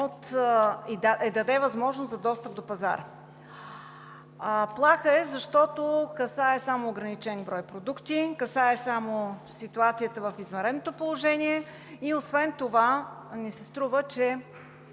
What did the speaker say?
им даде възможност за достъп до пазара. Плаха е, защото касае само ограничен брой продукти, касае само ситуацията в извънредното положение и освен това ми се струва, че